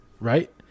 right